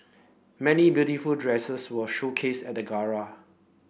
many beautiful dresses were showcased at the gala